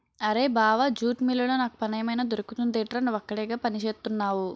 అరేయ్ బావా జూట్ మిల్లులో నాకు పనేమైనా దొరుకుతుందెట్రా? నువ్వక్కడేగా పనిచేత్తున్నవు